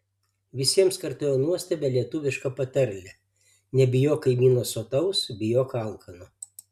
visiems kartojau nuostabią lietuvišką patarlę nebijok kaimyno sotaus bijok alkano